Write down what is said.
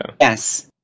yes